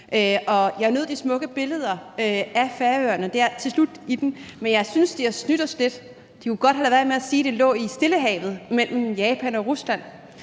Jeg nød de smukke billeder af Færøerne der til slut i den, men jeg synes, at de har snydt os lidt. De kunne godt have ladet være med at sige, at det lå i Stillehavet mellem Japan og Rusland,